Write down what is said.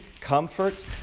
comfort